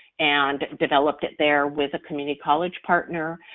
and developed it there with a community college partner,